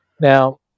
Now